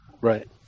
Right